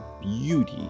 beauty